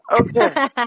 Okay